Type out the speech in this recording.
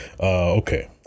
Okay